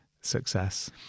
success